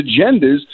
agendas